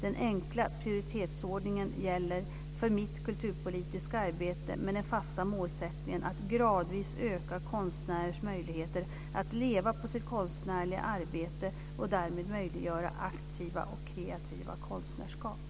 Den enkla prioritetsordningen gäller för mitt kulturpolitiska arbete med den fasta målsättningen att gradvis öka konstnärers möjligheter att leva på sitt konstnärliga arbete och därmed möjliggöra aktiva och kreativa konstnärskap.